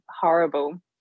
horrible